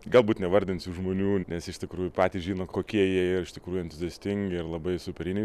galbūt nevardinsiu žmonių nes iš tikrųjų patys žino kokie jie iš tikrųjų entuziastingi ir labai superiniai